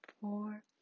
four